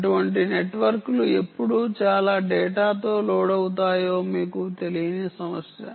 అటువంటి నెట్వర్క్లు ఎప్పుడు చాలా డేటాతో లోడ్ అవుతాయో మీకు తెలియని సమస్య